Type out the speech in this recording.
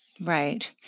Right